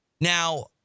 Now